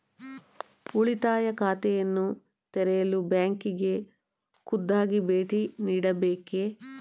ಉಳಿತಾಯ ಖಾತೆಯನ್ನು ತೆರೆಯಲು ಬ್ಯಾಂಕಿಗೆ ಖುದ್ದಾಗಿ ಭೇಟಿ ನೀಡಬೇಕೇ?